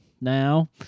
now